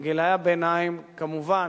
בגילי הביניים, כמובן